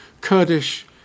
Kurdish